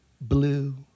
blue